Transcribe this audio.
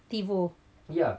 tivo ya